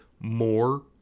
more